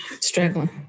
Struggling